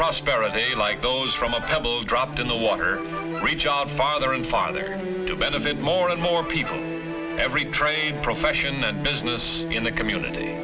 prosperity like those from a pebble dropped in the water re job farther and farther to benefit more and more people every trade profession and business in the community